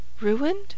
Ruined